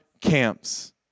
camps